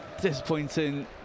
disappointing